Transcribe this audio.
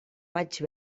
vaig